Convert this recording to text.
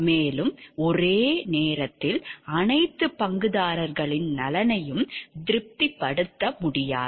மேலும் ஒரே நேரத்தில் அனைத்து பங்குதாரர்களின் நலனையும் திருப்திப்படுத்த முடியாது